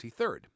23rd